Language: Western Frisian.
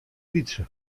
lytse